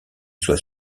soit